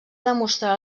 demostrar